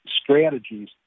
strategies